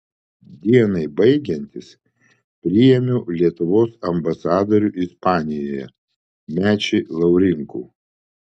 dienai baigiantis priėmiau lietuvos ambasadorių ispanijoje mečį laurinkų